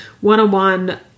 one-on-one